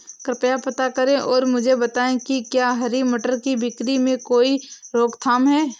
कृपया पता करें और मुझे बताएं कि क्या हरी मटर की बिक्री में कोई रोकथाम है?